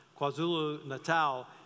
KwaZulu-Natal